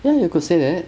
ya you could say that